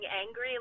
angry